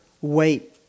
wait